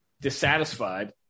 dissatisfied